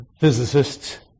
physicists